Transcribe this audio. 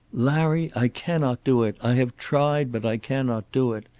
larry, i cannot do it. i have tried, but i cannot do it.